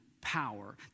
power